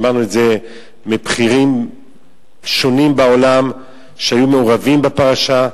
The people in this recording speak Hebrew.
שמענו את זה מבכירים שונים בעולם שהיו מעורבים בפרשה,